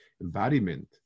embodiment